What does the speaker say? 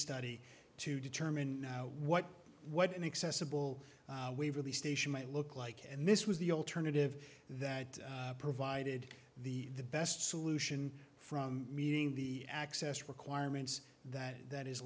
study to determine what what inaccessible waverley station might look like and this was the alternative that provided the the best solution from meeting the access requirements that that is